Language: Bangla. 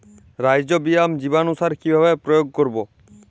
রাইজোবিয়াম জীবানুসার কিভাবে প্রয়োগ করব?